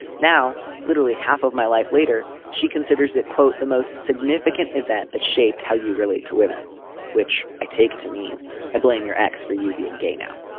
now literally half of my life later she considers it quote the most significant event that shaped how you relate to women which i take to mean i blame your ex for you being gay now.